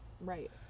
right